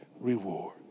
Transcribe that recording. reward